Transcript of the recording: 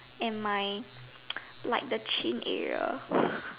and my like the chin area